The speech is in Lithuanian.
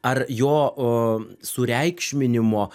ar jo a sureikšminimo